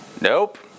Nope